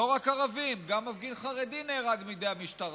לא רק ערבים, גם מפגין חרדי נהרג בידי המשטרה,